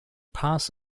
pass